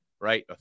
right